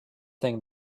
thing